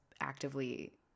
actively